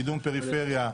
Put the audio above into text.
קידום פריפריה,